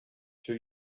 two